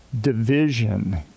Division